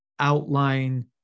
outline